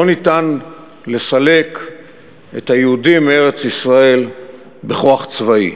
ניתן לסלק את היהודים מארץ-ישראל בכוח צבאי,